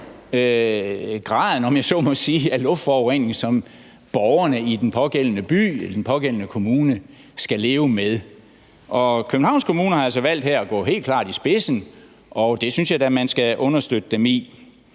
graden, om jeg så må sige, af luftforureningen, som borgerne i den pågældende by eller i den pågældende kommune skal leve med. Københavns Kommune har så valgt her at gå helt klart i spidsen, og det synes jeg da man skal understøtte dem i.